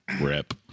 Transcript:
Rip